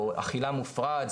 או אכילה מופרעת,